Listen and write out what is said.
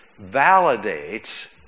validates